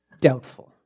doubtful